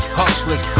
hustlers